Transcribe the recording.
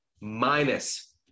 minus